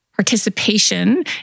participation